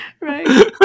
Right